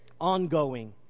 ongoing